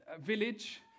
village